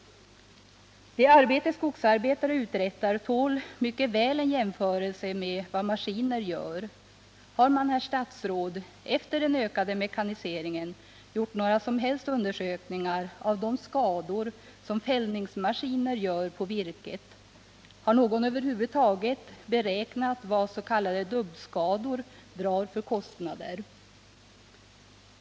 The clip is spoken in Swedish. Det arbete som skogsarbetare uträttar tål mycket väl en jämförelse med vad maskiner gör. Har man, herr statsråd, efter den ökade mekaniseringen gjort några som helst undersökningar av de skador som fällningsmaskiner gör på virket? Har någon över huvud taget beräknat vad s.k. dubbskador drar för Nr 34 kostnader?